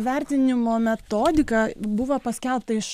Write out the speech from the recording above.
vertinimo metodika buvo paskelbta iš